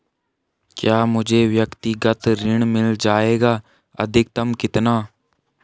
क्या मुझे व्यक्तिगत ऋण मिल जायेगा अधिकतम कितना?